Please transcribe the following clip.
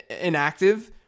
inactive